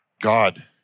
God